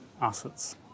assets